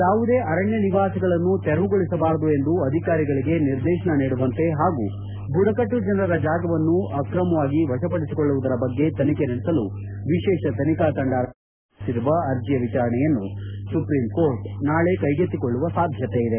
ಯಾವುದೇ ಅರಣ್ಣ ನಿವಾಸಿಗಳನ್ನು ತೆರವುಗೊಳಿಸಬಾರದು ಎಂದು ಅಧಿಕಾರಿಗಳಿಗೆ ನಿರ್ದೇತನ ನೀಡುವಂತೆ ಹಾಗೂ ಬುಡಕಟ್ಲು ಜನರ ಜಾಗವನ್ನು ಅಕ್ರಮವಾಗಿ ವಶಪಡಿಸಿಕೊಳ್ಳುವುದರ ಬಗ್ಗೆ ತನಿಖೆ ನಡೆಸಲು ವಿಶೇಷ ತನಿಖಾ ತಂಡ ರಚಿಸಬೇಕು ಎಂದು ಕೋರಿ ಸಲ್ಲಿಸಿರುವ ಅರ್ಜಿಯ ವಿಚಾರಣೆಯನ್ನು ಸುಪ್ರಿಂಕೋರ್ಟ್ ನಾಳೆ ಕೈಗೆತ್ತಿಕೊಳ್ಳುವ ಸಾಧ್ಯತೆ ಇದೆ